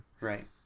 Right